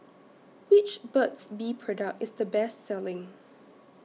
Which Burt's Bee Product IS The Best Selling